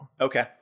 okay